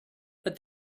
but